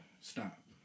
stop